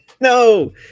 No